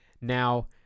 now